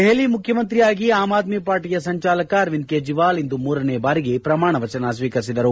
ದೆಹಲಿಯ ಮುಖ್ಯಮಂತ್ರಿಯಾಗಿ ಆಮ್ ಆದ್ನಿ ಪಾರ್ಟಯ ಸಂಚಾಲಕ ಅರವಿಂದ್ ಕೇಜ್ರವಾಲ್ ಇಂದು ಮೂರನೇ ಬಾರಿಗೆ ಪ್ರಮಾಣವಚನ ಸ್ವೀಕರಿಸಿದರು